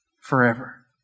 forever